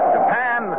Japan